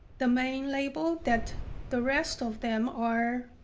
the main label that the rest of them are